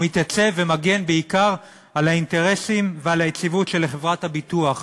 הוא מתייצב ומגן בעיקר על האינטרסים ועל היציבות של חברת הביטוח.